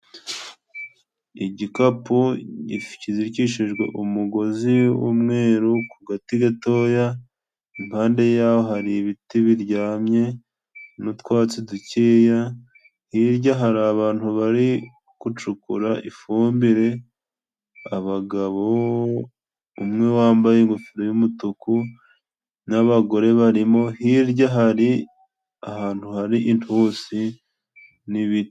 Igikapu kizirikishijwe umugozi w'umweru ku gati gatoya. Impande ya ho hari ibiti biryamye n'utwatsi dukeya, hirya hari abantu bari gucukura ifumbire: Abagabo umwe wambaye ingofero y'umutuku n'abagore bari mo. Hirya hari ahantu hari intusi n'ibiti.